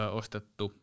ostettu